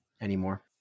anymore